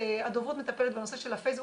הדוברות מטפלת בנושא של הפייסבוק,